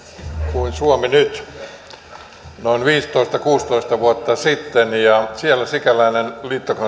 kuin suomi nyt noin viisitoista viiva kuusitoista vuotta sitten ja siellä sikäläinen liittokansleri